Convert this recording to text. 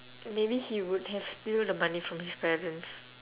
maybe he would have steal the money from his parents